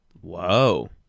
Whoa